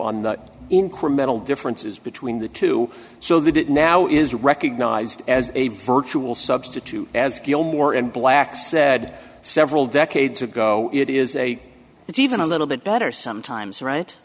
on the incremental differences between the two so that it now is recognized as a virtual substitute as gilmore and black said several decades ago it is a it's even a little bit better sometimes right